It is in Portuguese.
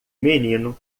menino